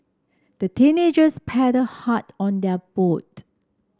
the teenagers paddled hard on their boat